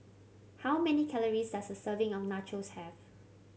how many calories does a serving of Nachos have